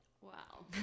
Wow